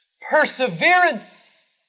Perseverance